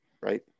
right